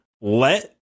let